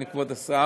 הנה כבוד השר,